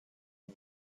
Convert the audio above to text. him